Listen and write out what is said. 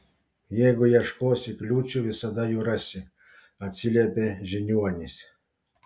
jeigu ieškosi kliūčių visada jų rasi atsiliepė žiniuonis